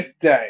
Day